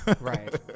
Right